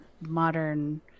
modern